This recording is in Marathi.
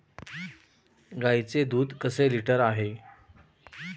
गाईचे दूध कसे लिटर आहे?